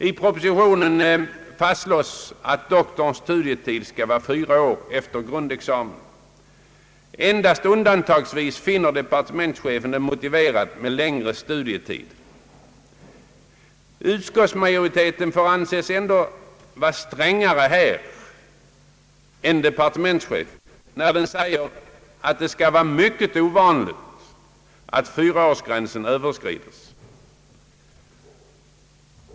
I propositionen fastslås att studietiden till doktorsexamen skall vara fyra år efter grundexamen. Endast undantagsvis finner departementschefen det motiverat med längre studietid. Utskottsmajoriteten får anses vara ändå strängare än departementschefen, när den framhåller att det skall vara mycket ovanligt att fyraårsgränsen överskrides.